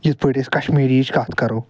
یِتھ پٲٹھۍ أسۍ کشمیٖرٕیچ کتھ کرو